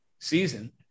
season